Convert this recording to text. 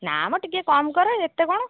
ନା ମ ଟିକେ କମ୍ କର ଏତେ କ'ଣ